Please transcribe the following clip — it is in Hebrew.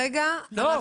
לא,